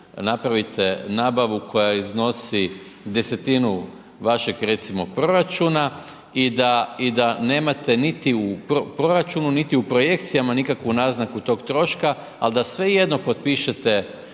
napravite nabavu koja iznosi desetinu vašeg recimo proračuna i da nemate niti u proračunu niti u projekcijama nikakvu naznaku tog troška ali da svejedno potpišete